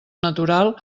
natural